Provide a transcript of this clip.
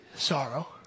sorrow